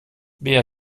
wer